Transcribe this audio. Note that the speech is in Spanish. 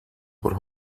por